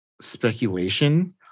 speculation